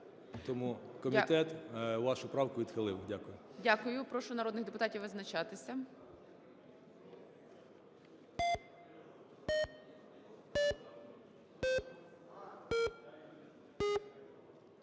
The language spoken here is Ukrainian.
Тому комітет вашу правку відхилив. Дякую. ГОЛОВУЮЧИЙ. Дякую. Прошу народних депутатів визначатися.